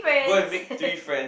go and make three friends